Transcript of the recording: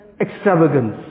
extravagance